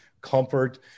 comfort